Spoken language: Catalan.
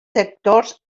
sectors